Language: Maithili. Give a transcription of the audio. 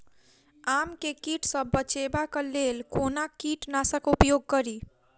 आम केँ कीट सऽ बचेबाक लेल कोना कीट नाशक उपयोग करि?